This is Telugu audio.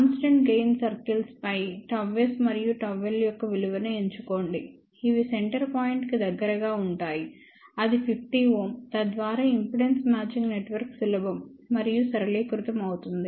కాన్స్టెంట్ గెయిన్ సర్కిల్స్ పై ΓS మరియు ΓL యొక్క విలువలను ఎంచుకోండి ఇవి సెంటర్ పాయింట్ కు దగ్గరగా ఉంటాయి అది 50 Ω తద్వారా ఇంపిడెన్స్ మ్యాచింగ్ నెట్వర్క్ సులభం మరియు సరళీకృతం అవుతుంది